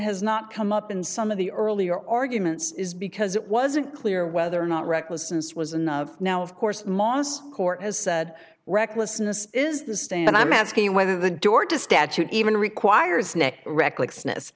has not come up in some of the earlier or arguments is because it wasn't clear whether or not recklessness was in the now of course last court has said recklessness is the stand i'm asking you whether the door to statute even requires neck recklessness